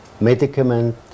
medicament